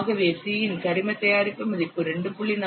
ஆகவே c இன் கரிம தயாரிப்பு மதிப்பு 2